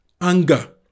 anger